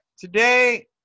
Today